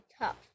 tough